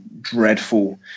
dreadful